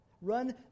Run